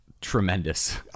tremendous